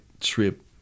trip